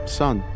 son